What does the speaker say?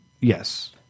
yes –